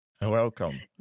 Welcome